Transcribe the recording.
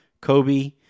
Kobe